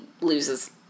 loses